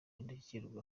indashyikirwa